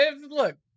look